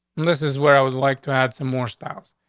this is where i would like to have some more styles.